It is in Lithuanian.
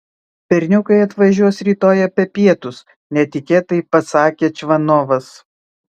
berniukai atvažiuos rytoj apie pietus netikėtai pasakė čvanovas